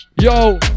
yo